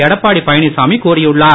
எடப்பாடி பழனிசாமி கூறியுள்ளார்